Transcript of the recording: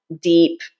deep